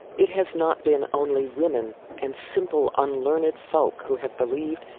it has not been only women and simple unlearned folk who have believed,